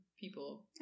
people